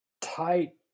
tight